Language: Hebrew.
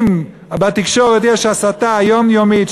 אם בתקשורת יש הסתה יומיומית,